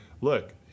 look